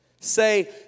Say